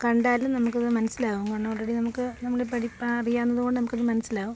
കണ്ടാലും നമ്മള്ക്കത് മനസ്സിലാവും കാരണം ആൾറെഡി നമുക്ക് നമ്മള് അറിയാവുന്നതുകൊണ്ട് നമുക്കത് മനസ്സിലാവും